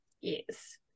Yes